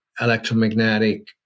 electromagnetic